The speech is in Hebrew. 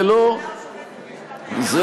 היועץ המשפטי לממשלה הוא שופט בית-המשפט העליון,